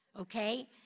okay